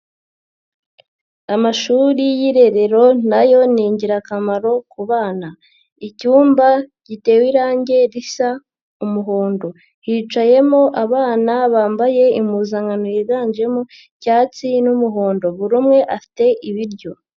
Amashuri y'irerero nayo ni ingirakamaro kubana. Icyumba gitewe irangi risa umuhondo, hicayemo abana bambaye impuzankano yiganjemo icyatsi n'umuhondo, buri umwe afite ibiryo.